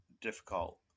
difficult